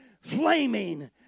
flaming